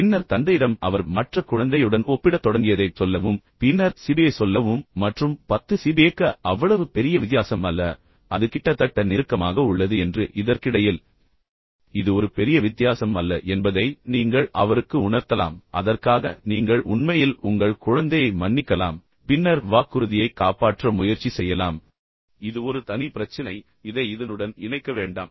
பின்னர் தந்தையிடம் அவர் மற்ற குழந்தையுடன் ஒப்பிடத் தொடங்கியதைப் சொல்லவும் பின்னர் சிபிஐ சொல்லவும் மற்றும் 10 சிபிஐக்க அவ்வளவு பெரிய வித்தியாசம் அல்ல அது கிட்டத்தட்ட நெருக்கமாக உள்ளது என்று இதற்கிடையில் இது ஒரு பெரிய வித்தியாசம் அல்ல என்பதை நீங்கள் அவருக்கு உணர்த்தலாம் அதற்காக நீங்கள் உண்மையில் உங்கள் குழந்தையை மன்னிக்கலாம் பின்னர் வாக்குறுதியைக் காப்பாற்ற முயற்சி செய்யலாம் எனவே இது ஒரு தனி பிரச்சினை எனவே இதை இதனுடன் இணைக்க வேண்டாம்